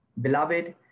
Beloved